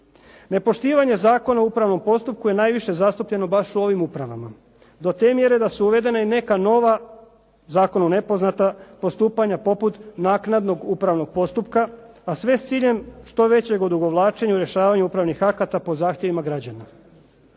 Nepoštivanje zakona u upravnom postupku je najviše zastupljeno baš u ovim upravama do te mjere da su uvedena i neka nova, zakonom nepoznata postupanja poput naknadnog upravnog postupka, a sve s ciljem što većeg odugovlačenja u rješavanju upravnih akata po zahtjevima građana.